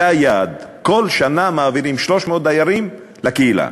זה היעד, כל שנה מעבירים 300 דיירים לקהילה.